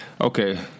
okay